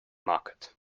market